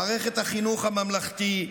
מערכת החינוך הממלכתי,